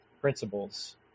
principles